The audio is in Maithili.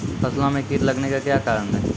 फसलो मे कीट लगने का क्या कारण है?